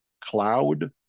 cloud